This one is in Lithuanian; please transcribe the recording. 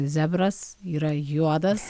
zebras yra juodas